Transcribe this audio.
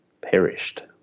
perished